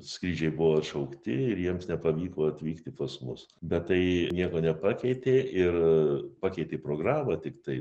skrydžiai buvo atšaukti ir jiems nepavyko atvykti pas mus bet tai nieko nepakeitė ir pakeitė programą tiktai